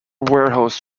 warehouse